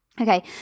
Okay